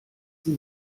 sie